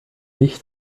licht